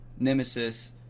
Nemesis